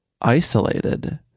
isolated